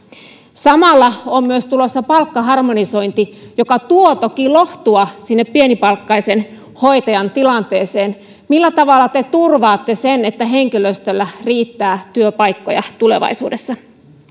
samalla on myös tulossa palkkaharmonisointi joka tuo toki lohtua sinne pienipalkkaisen hoitajan tilanteeseen millä tavalla te turvaatte sen että henkilöstöllä riittää työpaikkoja tulevaisuudessa